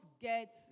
get